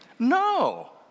No